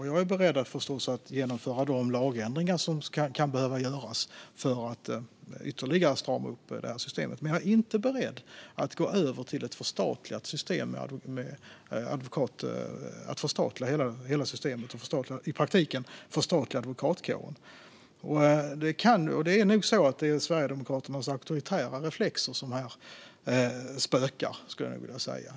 Jag är förstås beredd att genomföra de lagändringar som kan behöva göras för att ytterligare strama upp systemet. Jag är dock inte beredd att gå över till ett förstatligat advokatsystem. Jag tror att det är Sverigedemokraternas auktoritära reflexer som spökar här.